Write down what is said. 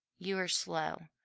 you are slow!